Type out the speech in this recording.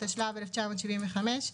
התשל"ו-1975,